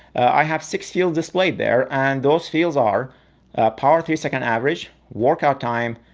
i have six fields displayed there and those fields are power three second average, workout time,